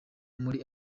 muri